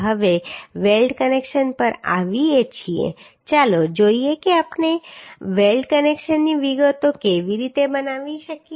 હવે weld connection પર આવીએ છીએ ચાલો જોઈએ કે આપણે વેલ્ડ કનેક્શનની વિગતો કેવી રીતે બનાવી શકીએ